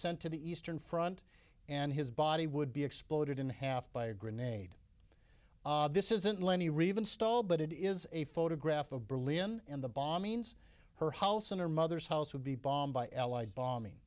sent to the eastern front and his body would be exploded in half by a grenade this isn't lenny reeve installed but it is a photograph of berlin in the bombings her house and her mother's house would be bombed by allied bombing